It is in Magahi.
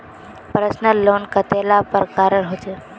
पर्सनल लोन कतेला प्रकारेर होचे?